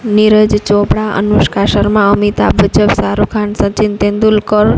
Neeraj Chopra Anushka Sharma Amitabh Bachchan Shahrukh Khan Sachin Tendulkar